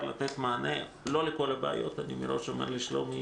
לתת מענה לא לכל הבעיות אני מראש אומר לשלומי